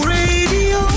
radio